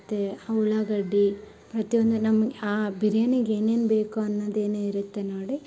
ಮತ್ತು ಉಳ್ಳಾಗಡ್ಡಿ ಪ್ರತಿಯೊಂದು ನಮ್ಗೆ ಆ ಬಿರಿಯಾನಿಗೆ ಏನೇನು ಬೇಕು ಅನ್ನೋದು ಏನೆ ಇರುತ್ತೆ ನೋಡಿ